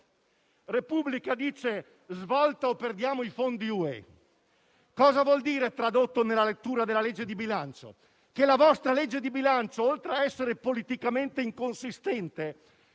titola: «Svolta o perdiamo i fondi Ue»? Cosa vuol dire, tradotto nella lettura della legge di bilancio? Vuol dire che la vostra legge di bilancio, oltre ad essere politicamente inconsistente,